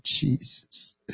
Jesus